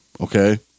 okay